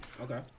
Okay